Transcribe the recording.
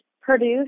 produce